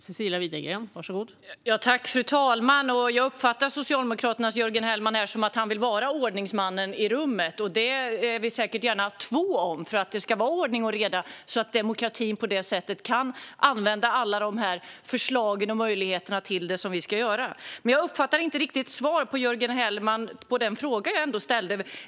Fru talman! Jag uppfattar Socialdemokraternas Jörgen Hellmans roll här som att han vill vara ordningsmannen i rummet, och det kan vi vara två om. Det ska vara ordning och reda så att vi demokratiskt kan behandla alla förslag och möjligheter. Men jag uppfattar inte något svar från Jörgen Hellman på den fråga som jag ställde.